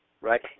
Right